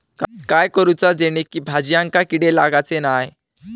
काय करूचा जेणेकी भाजायेंका किडे लागाचे नाय?